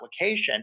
application